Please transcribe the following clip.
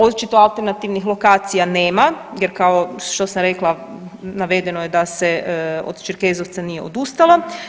Očito alternativnih lokacija nema jer kao što sam rekla navedeno je da se od Čerkezovca nije odustalo.